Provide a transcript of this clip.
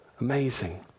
amazing